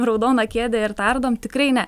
raudoną kėdę ir tardom tikrai ne